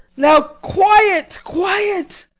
now, quiet, quiet.